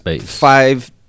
five